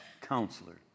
Counselor